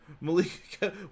Malik